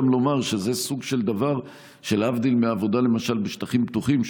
צריך לומר גם שזה סוג של דבר שלהבדיל מעבודה למשל בשטחים פתוחים,